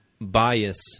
bias